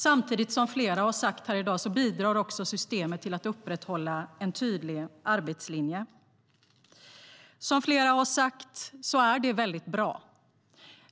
Samtidigt bidrar systemet, som flera har sagt här i dag, till att upprätthålla en tydlig arbetslinje. Som flera har sagt är det väldigt bra.